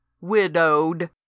widowed